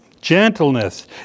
Gentleness